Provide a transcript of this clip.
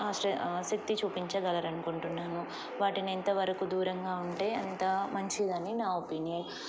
ఆసక్తి చూపించగలరనుకుంటున్నాను వాటిని ఎంతవరకు దూరంగా ఉంటే అంత మంచిదని నా ఒపీనియన్